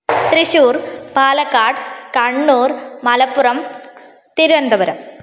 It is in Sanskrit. त्रिशूर् पालकाट् कण्णूर् मालप्पुरम् तिरुवन्तपुरमं